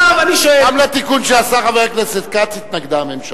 גם לתיקון שעשה חבר הכנסת כץ הממשלה התנגדה.